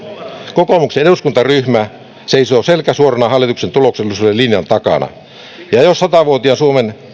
kokoomuksen eduskuntaryhmä seisoo selkä suorana hallituksen tuloksellisen linjan takana jos sata vuotiaan suomen